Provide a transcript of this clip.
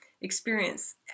experience